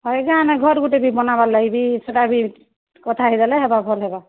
ହଇଜା ଆମେ ଘର୍ ଗୋଟେ ବନାବାର୍ ଲାଗି ସେଟା ବି କଥା ହେଇଗଲେ ହେବା ଭଲ୍ ହେବା